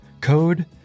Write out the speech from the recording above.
Code